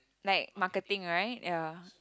like marketing right ya